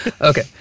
okay